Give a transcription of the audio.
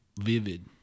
vivid